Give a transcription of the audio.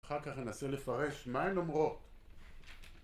אחר כך אנסה לפרש מה הן אומרות